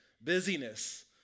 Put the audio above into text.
busyness